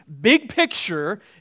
big-picture